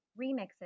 remixes